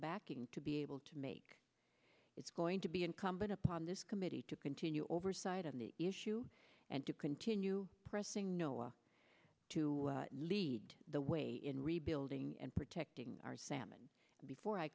backing to be able to make it's going to be incumbent upon this committee to continue oversight on the issue and to continue pressing noah to lead the way in rebuilding and protecting our salmon before i